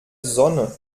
sonne